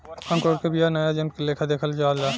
अंकुरण के बिया के नया जन्म के लेखा देखल जाला